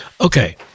Okay